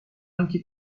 آنکه